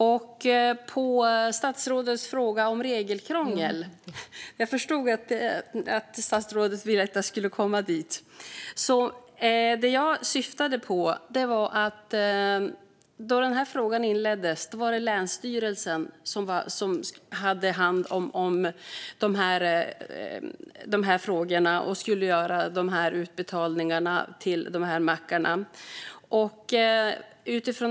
När det gäller statsrådets fråga om regelkrångel - jag förstod att statsrådet ville att jag skulle komma dit - syftade jag på att det, när diskussionen om denna fråga inleddes, var länsstyrelsen som hade hand om dessa frågor och skulle göra utbetalningarna till mackarna.